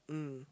mm